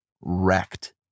wrecked